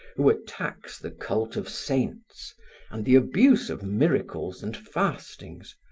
who attacks the cult of saints and the abuse of miracles and fastings,